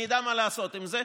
אני אדע מה לעשות עם זה.